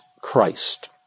Christ